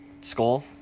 Skull